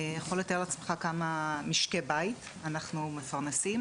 אתה יכול לתאר לעצמך כמה משקי בית אנחנו מפרנסים.